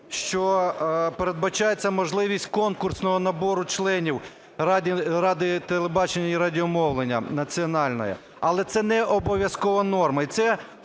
що передбачається можливість конкурсного набору членів Ради телебачення і радіомовлення національної. Але це необов'язкова норма